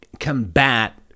Combat